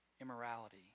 immorality